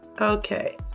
okay